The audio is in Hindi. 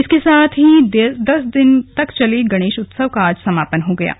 इसके साथ ही दस दिन तक चले गणेश उत्सव का आज समापन हो गया है